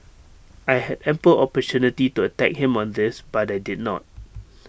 I had ample opportunity to attack him on this but I did not